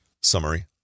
Summary